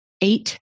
eight